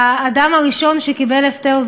האדם הראשון שקיבל הפטר,